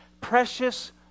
precious